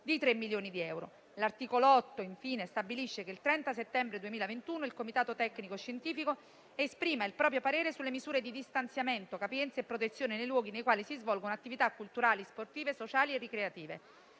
di 3 milioni di euro. Infine, l'articolo 8 stabilisce che il 30 settembre 2021 il Comitato tecnico-scientifico esprima il proprio parere sulle misure di distanziamento, capienza e protezione nei luoghi nei quali si svolgono attività culturali, sportive, sociali e ricreative.